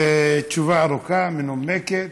תשובה ארוכה, מנומקת.